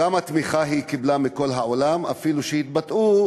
כמה תמיכה היא קיבלה מכל העולם, אפילו התבטאו